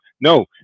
No